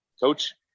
coach